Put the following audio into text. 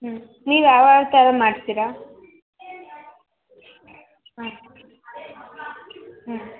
ಹ್ಞೂ ನೀವು ಯಾವ್ಯಾವ ಥರ ಮಾಡ್ತೀರಾ ಹಾಂ ಹ್ಞೂ